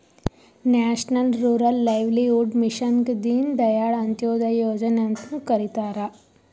national rural livelihood ಮಿಷನ್ಗ ದೀನ್ ದಯಾಳ್ ಅಂತ್ಯೋದಯ ಯೋಜನೆ ಅಂತ್ನು ಕರಿತಾರ